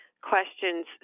questions